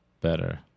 better